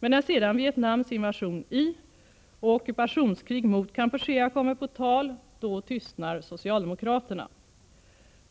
Men när sedan Vietnams invasion i och ockupationskrig mot Kampuchea kommer på tal, då tystnar socialdemokraterna.